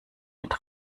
mit